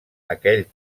aquell